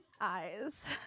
Eyes